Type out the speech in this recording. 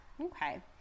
Okay